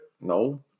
No